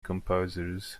composers